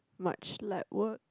much lab work